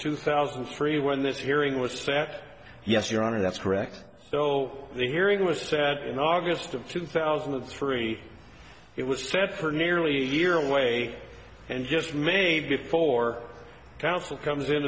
two thousand and three when this hearing was set yes your honor that's correct so the hearing was set in august of two thousand and three it was set for nearly a year away and just made before counsel comes in